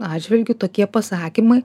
atžvilgiu tokie pasakymai